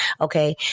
okay